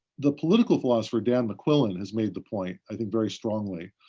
the political philosopher dan mcquillan has made the point, i think very strongly,